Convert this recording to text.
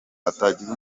hatagira